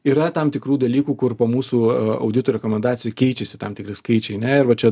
yra tam tikrų dalykų kur po mūsų audito rekomendacijų keičiasi tam tikri skaičiai ne ir va čia